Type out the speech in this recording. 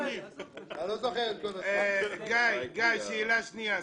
אני לא זוכר את כל ה --- גיא, שאלה שנייה.